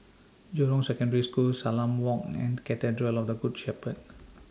Jurong Secondary School Salam Walk and Cathedral of The Good Shepherd